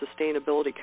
sustainability